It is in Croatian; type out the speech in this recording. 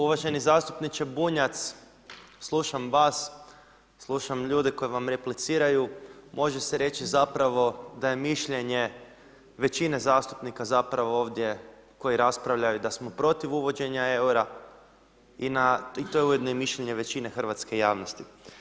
Uvaženi zastupniče Bunjac, slušam vas, slušam ljude koji vam repliciraju, može se reći zapravo da je mišljenje većine zastupnika ovdje koji raspravljaju da smo protiv uvođenja eura i to je ujedno i mišljenje većine hrvatske javnosti.